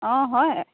অ হয়